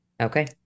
Okay